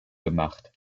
gemacht